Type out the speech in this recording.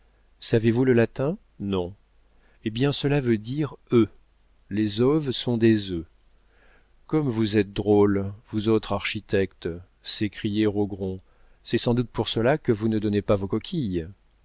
savez-vous le latin non hé bien cela veut dire œufs les oves sont des œufs comme vous êtes drôles vous autres architectes s'écriait rogron c'est sans doute pour cela que vous ne donnez pas vos coquilles